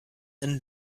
and